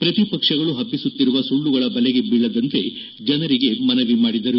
ಪ್ರತಿಪಕ್ಷಗಳು ಪಭಿಸುತ್ತಿರುವ ಸುಳ್ಳುಗಳ ಬಲೆಗೆ ಬೀಳದಂತೆ ಜನರಿಗೆ ಮನವಿ ಮಾಡಿದರು